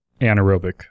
anaerobic